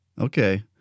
Okay